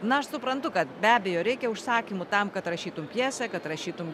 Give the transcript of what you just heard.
na aš suprantu kad be abejo reikia užsakymų tam kad rašytum pjesę kad rašytum